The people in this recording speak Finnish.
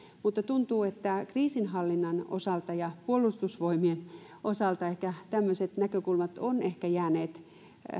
mutta tuntuu että kriisinhallinnan osalta ja puolustusvoimien osalta ehkä tämmöiset näkökulmat ovat ehkä jääneet